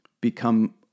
become